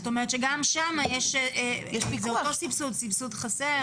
זאת אומרת, גם שם זה אותו סבסוד, סבסוד חסר.